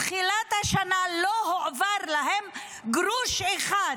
מתחילת השנה לא הועבר להם גרוש אחד.